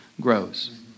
grows